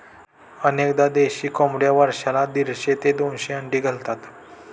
अनेकदा देशी कोंबड्या वर्षाला दीडशे ते दोनशे अंडी घालतात